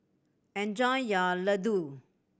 enjoy your Ladoo